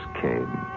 came